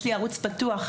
יש לי ערוץ פתוח.